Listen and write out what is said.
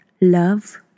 Love